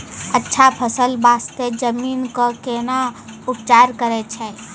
अच्छा फसल बास्ते जमीन कऽ कै ना उपचार करैय छै